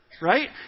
Right